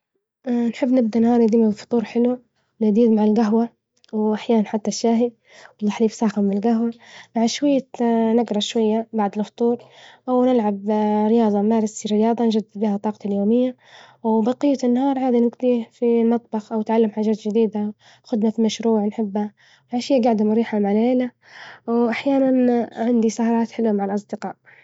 نحب نبدأ نهاري دايمًا بفطور حلو ولذيذ مع الجهوة وأحيانًا حتى الشاهي ولا حليب ساخن بالجهوة مع شوية نجرأ شوية بعد الفطور، أو نلعب رياضة نمارس رياضة نجدد بيها طاقتي اليومية، وباقية النهار عادي نقضيه في المطبخ أو أتعلم حاجات جديدة، ناخد مشروع نحبه، العشية جعدة مريحة مع العيلة وأحيانًا عندي سهرات حلوة مع الأصدقاء.